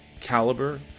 caliber